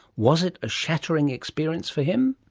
was it a shattering experience for him?